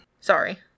Sorry